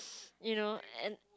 you know and